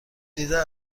دیده